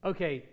Okay